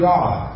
God